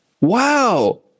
Wow